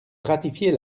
ratifier